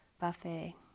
buffet